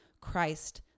Christ